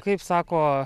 kaip sako